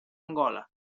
angola